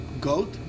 goat